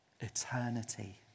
eternity